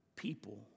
People